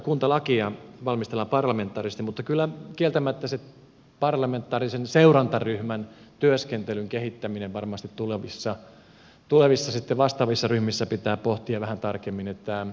kuntalakia valmistellaan parlamentaarisesti mutta kieltämättä se parlamentaarisen seurantaryhmän työskentelyn kehittäminen varmasti sitten tulevissa vastaavissa ryhmissä pitää pohtia vähän tarkemmin